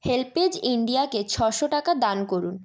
HelpAge India কে ছশো টাকা দান করুন